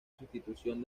sustitución